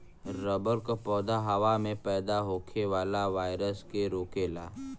rubber क पौधा हवा में पैदा होखे वाला वायरस के रोकेला